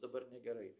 dabar negerai